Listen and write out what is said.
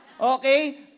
okay